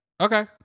Okay